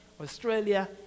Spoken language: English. Australia